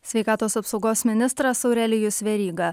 sveikatos apsaugos ministras aurelijus veryga